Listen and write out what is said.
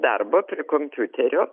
darbo prie kompiuterio